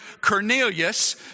Cornelius